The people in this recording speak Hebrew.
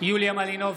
יוליה מלינובסקי,